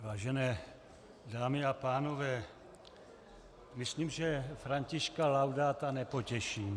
Vážené dámy a pánové, myslím, že Františka Laudáta nepotěším.